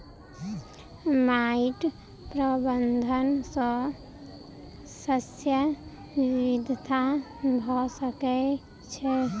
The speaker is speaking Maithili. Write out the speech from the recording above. माइट प्रबंधन सॅ शस्य विविधता भ सकै छै